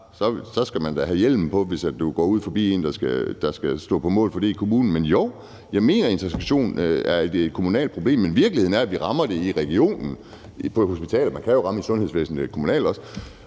så skal man da have hjelm på, hvis du går forbi en, der skal stå på mål for det i kommunen. Men jo, jeg mener, at integration er et kommunalt problem, men virkeligheden er, at vi rammer det i regionen på hospitalet – man kan jo også ramme et sundhedsvæsen, der er kommunalt – og så